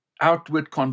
outward